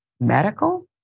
medical